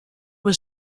was